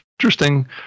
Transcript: interesting